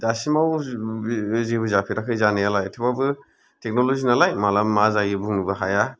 दासिमाव जेबो जाफेराखै जानायालाय थेवबाबो टेकनलजि नालाय माला मा जायो बुंनोबो हाया